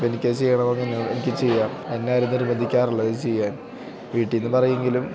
എനിക്കത് ചെയ്യണമെന്ന് നിർ എനിക്ക് ചെയ്യാം എന്നെയാരും നിർബന്ധിക്കാറില്ലത് ചെയ്യാൻ വീട്ടിൽ നിന്ന് പറയുമെങ്കിലും